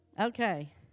Okay